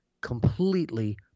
completely